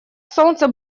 солнца